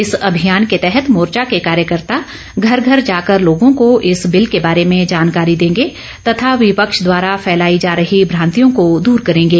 इस अभियान के तहत मोर्चा के कार्यकर्ता घर घर जाकर लोगों को इस बिल के बारे में जानकारी देंगे तथा विपक्ष द्वारा फैलाई जा रही भ्रांतियों को दूर करेंगे